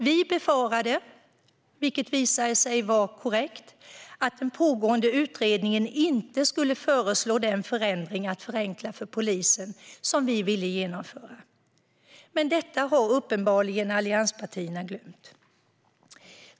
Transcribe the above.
Vi befarade, vilket visade sig vara korrekt, att den pågående utredningen inte skulle föreslå den förändring vad gäller att förenkla för polisen som vi ville genomföra. Men detta har allianspartierna uppenbarligen glömt.